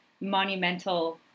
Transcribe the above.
monumental